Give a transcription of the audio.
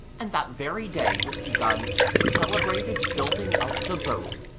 and that very day was begun the celebrated building of the boat.